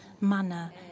manner